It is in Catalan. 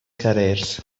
carrers